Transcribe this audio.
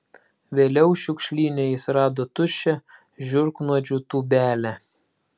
vėliau šiukšlyne jis rado tuščią žiurknuodžių tūbelę